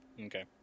Okay